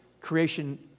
creation